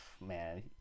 man